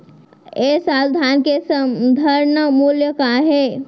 ए साल धान के समर्थन मूल्य का हे?